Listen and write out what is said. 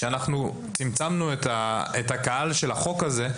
אנחנו צמצמנו את הקהל של החוק הזה,